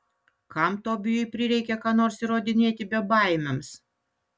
kam tobijui prireikė ką nors įrodinėti bebaimiams